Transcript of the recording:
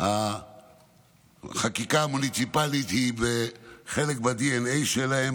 שהחקיקה המוניציפלית היא חלק מהדנ"א שלהם.